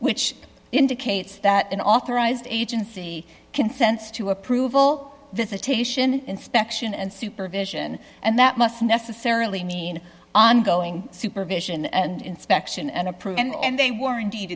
which indicates that an authorized agency consents to approval visitation inspection and supervision and that must necessarily mean ongoing supervision and inspection and approved and they were indeed